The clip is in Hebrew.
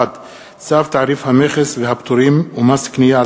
1. צו תעריף המכס והפטורים ומס קנייה על